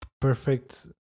perfect